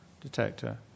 detector